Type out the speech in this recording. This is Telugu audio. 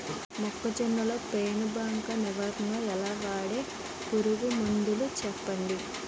మొక్కజొన్న లో పెను బంక నివారణ ఎలా? వాడే పురుగు మందులు చెప్పండి?